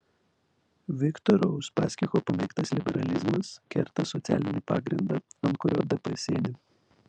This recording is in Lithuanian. viktoro uspaskicho pamėgtas liberalizmas kerta socialinį pagrindą ant kurio dp sėdi